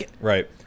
Right